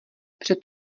před